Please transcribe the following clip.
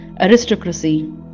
aristocracy